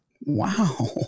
Wow